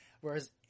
whereas